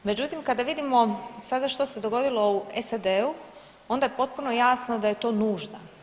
Međutim, kada vidimo sada što se dogodilo u SAD-u onda je potpuno jasno da je to nužno.